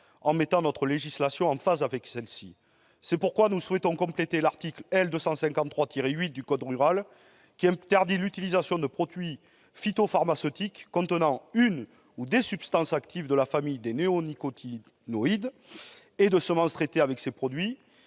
en mettant notre législation en phase avec celle-ci. Nous souhaitons ainsi compléter l'article L. 253-8 du code rural et de la pêche maritime, qui interdit l'utilisation de produits phytopharmaceutiques contenant une ou des substances actives de la famille des néonicotinoïdes et de semences traitées avec ces produits,